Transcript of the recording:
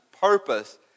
purpose